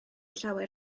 llawer